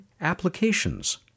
applications